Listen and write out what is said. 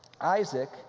Isaac